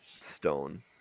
stone